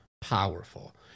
powerful